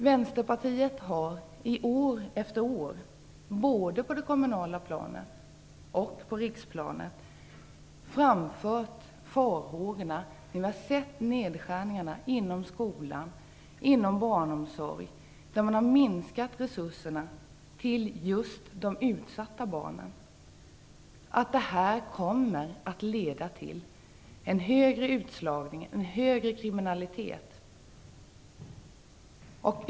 Vänsterpartiet har år efter år både på det kommunala planet och på riksplanet framfört farhågor - när vi har sett nedskärningarna inom skolan och inom barnomsorgen, där man har minskat resurserna till just de utsatta barnen - för att det här kommer att leda till ökad utslagning och förvärrad kriminalitet.